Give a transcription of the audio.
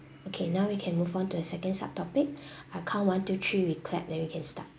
okay now we can move on to the second sub topic I count one two three we clap then we can start